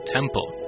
Temple